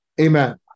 Amen